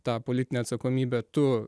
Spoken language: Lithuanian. tą politinę atsakomybę tu